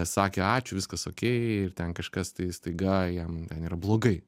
sakė ačiū viskas okey ir ten kažkas tai staiga jam ten yra blogai